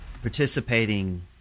participating